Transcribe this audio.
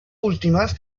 últimas